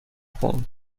پوند